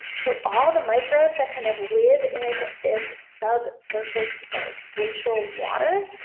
so all the microbes that kind of live in this subsurface, or glacial water